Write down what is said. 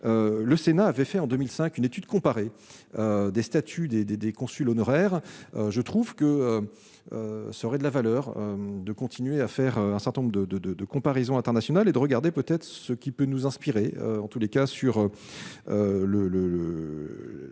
le Sénat avait fait en 2005, une étude comparée des statuts des des des consuls honoraires, je trouve que ça aurait de la valeur de continuer à faire un certain nombre de, de, de, de comparaisons internationales et de regarder peut-être ce qui peut nous inspirer, en tous les cas sur le